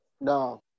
No